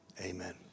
Amen